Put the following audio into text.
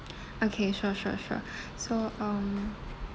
okay sure sure sure so um